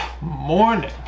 morning